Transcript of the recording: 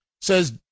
says